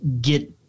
get